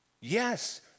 Yes